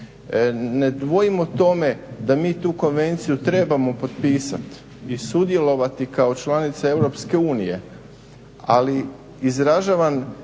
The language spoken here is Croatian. Ne dvojim o tome da mi tu konvenciju trebamo potpisati i sudjelovati kao članica EU, ali izražavam